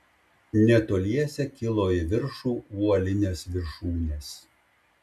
netoliese kilo į viršų uolinės viršūnės